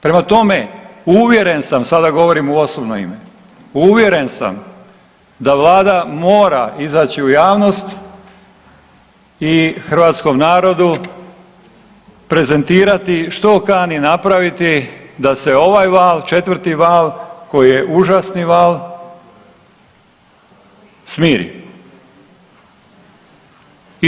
Prema tome, uvjeren sam, sada govorim u osobno ime, uvjeren sam da vlada mora izaći u javnost i hrvatskom narodu prezentirati što kani napraviti da se ovaj val 4. val koji je užasni val smiri.